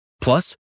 Plus